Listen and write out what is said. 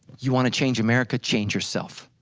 you wanna change america, change yourself.